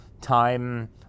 time